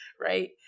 right